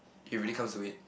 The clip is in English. if it really comes to it